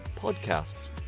podcasts